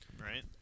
right